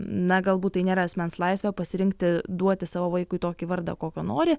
na galbūt tai nėra asmens laisvė pasirinkti duoti savo vaikui tokį vardą kokio nori